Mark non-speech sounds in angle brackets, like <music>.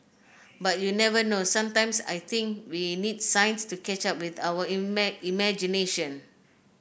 but you never know sometimes I think we need science to catch up with our <unintelligible> imagination